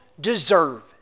deserve